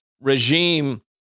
regime